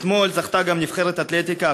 אתמול זכתה גם נבחרת האתלטיקה,